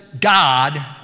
God